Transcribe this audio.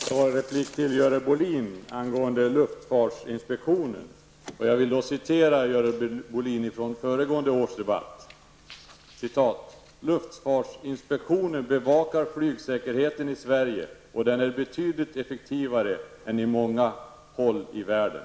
Fru talman! Som en replik till Görel Bohlin när det gäller frågan om luftfartsinspektionen vill jag citera vad Görel Bohlin sade i förra årets debatt: ”Luftfartsinspektionen bevakar flygsäkerheten i Sverige, och den är betydligt effektivare än på många håll i världen.”